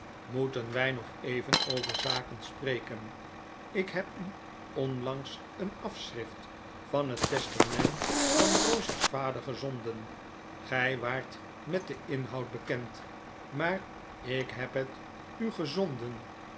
moeten wij nog even over zaken spreken ik heb u onlangs een afschrift van het testament van rosa's vader gezonden gij waart met den inhoud bekend maar ik heb het u gezonden